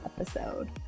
episode